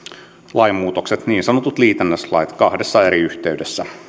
lainmuutokset niin sanout liitännäislait kahdessa eri yhteydessä